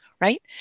right